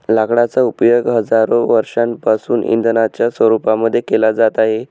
लाकडांचा उपयोग हजारो वर्षांपासून इंधनाच्या रूपामध्ये केला जात आहे